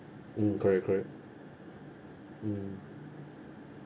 mm correct correct mm